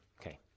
Okay